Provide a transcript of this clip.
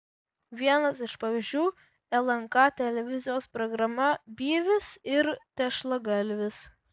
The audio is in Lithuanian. vienas iš pavyzdžių lnk televizijos programa byvis ir tešlagalvis